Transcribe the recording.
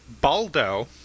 Baldo